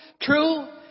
true